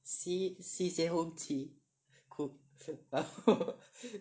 然后